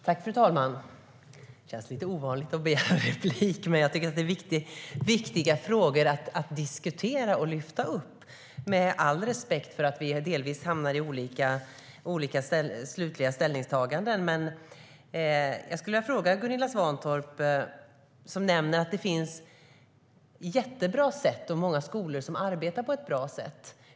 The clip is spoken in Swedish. Fru talman! Det känns lite ovant att begära replik. Men det är viktiga frågor att diskutera och lyfta upp, med all respekt för att vi delvis hamnar i olika slutliga ställningstaganden. Gunilla Svantorp nämner att det finns jättebra sätt och många skolor som arbetar på ett bra sätt.